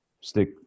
stick